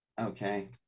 Okay